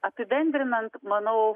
apibendrinant manau